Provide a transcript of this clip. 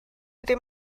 ddim